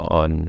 on